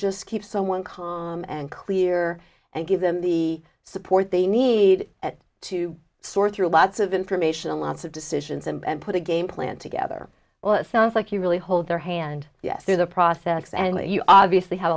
just keep someone calm and clear and give them the support they need to sort through lots of information lots of decisions and put a game plan together well it sounds like you really hold their hand yes through the process and you obviously have